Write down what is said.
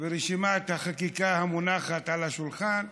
רשימת החקיקה המונחת על השולחן,